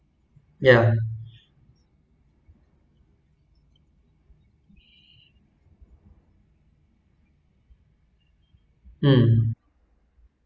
yeah mm